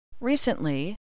Recently